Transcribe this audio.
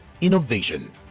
Innovation